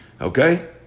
Okay